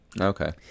Okay